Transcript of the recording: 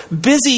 busy